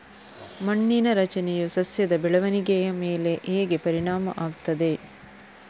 ಮಣ್ಣಿನ ರಚನೆಯು ಸಸ್ಯದ ಬೆಳವಣಿಗೆಯ ಮೇಲೆ ಹೇಗೆ ಪರಿಣಾಮ ಆಗ್ತದೆ?